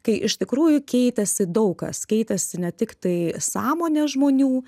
kai iš tikrųjų keitėsi daug kas keitėsi ne tiktai sąmonė žmonių